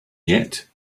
yet